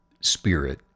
spirit